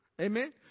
Amen